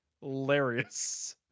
hilarious